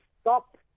stop